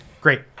Great